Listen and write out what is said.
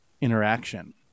interaction